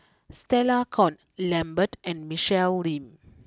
Stella Kon Lambert and Michelle Lim